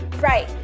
right.